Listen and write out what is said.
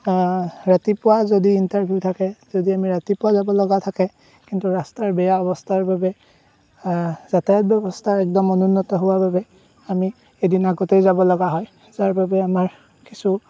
ৰাতিপুৱা যদি ইন্টাৰভিউ থাকে যদি ৰাতিপুৱা যাবলগা থাকে কিন্তু ৰাস্তাৰ বেয়া অৱস্থাৰ বাবে যাতায়ত ব্যৱস্থা একদম অনুন্নত হোৱাৰ বাবে আমি এদিন আগতেই যাবলগা হয় যাৰ বাবে আমাৰ কিছু